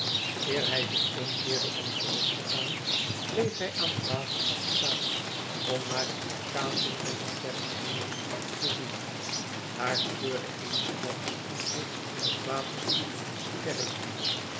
eer hij zich omkeerde om terug te gaan bleef hij aan den waterkant staan om naar de weerkaatsing van den sterrenhemel te zien daar scheurde eensklaps de zich in het water spiegelende